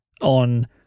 on